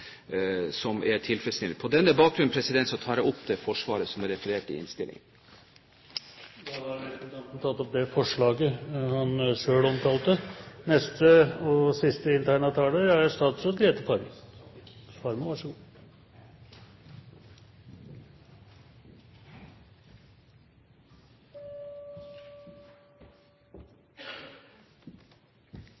som er tilfredsstillende. På denne bakgrunn tar jeg opp det forslaget som er referert i innstillingen. Da har representanten Ivar Kristiansen tatt opp det forslaget han omtalte. Omstillingen av Forsvaret til et nytt og